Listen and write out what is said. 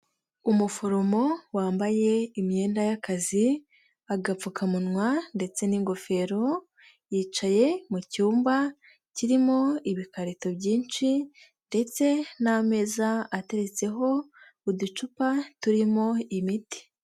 Umuforomo wambaye imyenda y'akazi agapfukamunwa ndetse n'ingofero, yicaye mucyumba kirimo ibikarito byinshi ndetse n'ameza ateretseho uducupa turimo imiti.